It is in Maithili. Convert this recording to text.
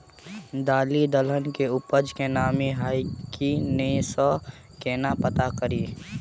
दालि दलहन केँ उपज मे नमी हय की नै सँ केना पत्ता कड़ी?